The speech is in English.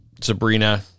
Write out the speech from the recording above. Sabrina